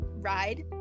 ride